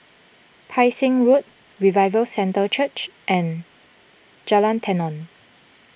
Pang Seng Road Revival Centre Church and Jalan Tenon